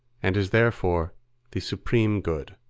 and is therefore the supreme good.